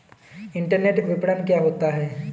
Internet विपणन क्या होता है?